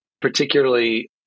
particularly